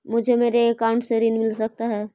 मुझे मेरे अकाउंट से ऋण मिल सकता है?